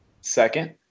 Second